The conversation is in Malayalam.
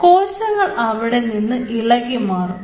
കോശങ്ങൾ അവിടെനിന്ന് ഇളകി മാറും